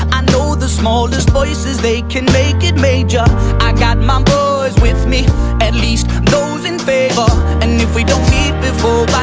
i know the smallest voices, they can make it major i got my boys with me at least those in favor and if we don't meet before